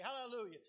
Hallelujah